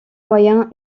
moyen